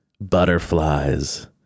butterflies